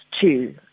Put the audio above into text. two